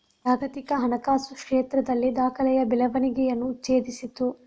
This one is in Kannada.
ಜಾಗತಿಕ ಹಣಕಾಸು ಕ್ಷೇತ್ರದಲ್ಲಿ ದಾಖಲೆಯ ಬೆಳವಣಿಗೆಯನ್ನು ಉತ್ತೇಜಿಸಿತು